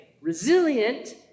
resilient